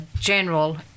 general